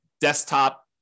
desktop